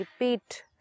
repeat